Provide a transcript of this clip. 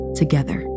together